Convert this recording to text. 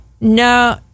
No